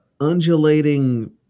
undulating